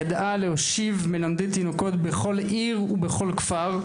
היא ידעה להושיב מלמדי תינוקות בכל עיר ובכל כפר,